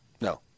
No